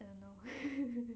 I don't know